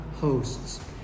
hosts